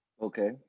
okay